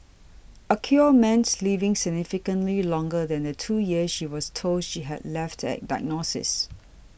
a cure meant living significantly longer than the two years she was told she had left at diagnosis